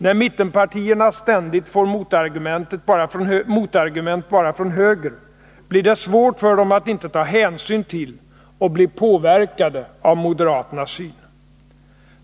När mittenpartierna ständigt får motargument bara från höger blir det svårt för dem att inte ta hänsyn till och bli påverkade av moderaternas syn.